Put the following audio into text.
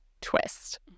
twist